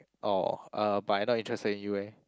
orh uh but I not interested in you eh